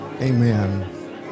amen